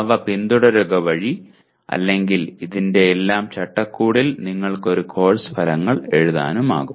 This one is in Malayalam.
അവ പിന്തുടരുക വഴി അല്ലെങ്കിൽ ഇതിന്റെയെല്ലാം ചട്ടക്കൂടിൽ നിങ്ങൾക്ക് നല്ല കോഴ്സ് ഫലങ്ങൾ എഴുതാനാകും